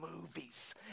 movies